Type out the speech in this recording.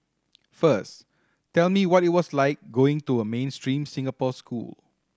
first tell me what it was like going to a mainstream Singapore school